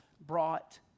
brought